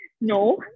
no